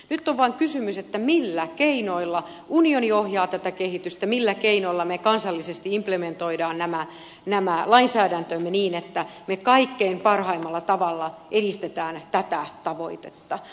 nyt on vaan kysymys siitä millä keinoilla unioni ohjaa tätä kehitystä millä keinoilla me kansallisesti implementoimme nämä lainsäädäntöömme niin että me kaikkein parhaimmalla tavalla edistämme tätä tavoitetta